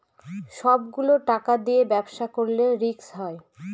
সব গুলো টাকা দিয়ে ব্যবসা করলে রিস্ক হয়